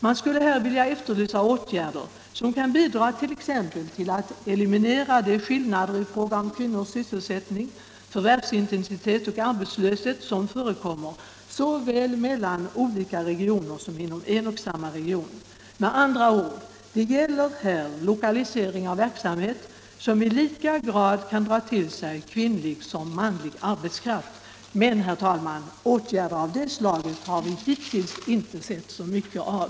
Man skulle här vilja efterlysa åtgärder som kan bidra exempelvis till att eliminera de skillnader i fråga om kvinnors sysselsättning, förvärvsintensitet och arbetslöshet som förekommer såväl mellan olika regioner som inom en och samma region. Med andra ord: Det gäller här lokalisering av verksamhet som i lika grad kan dra till sig kvinnlig som manlig arbetskraft. Men, herr talman, åtgärder av det slaget har vi hittills inte sett så mycket av.